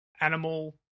animal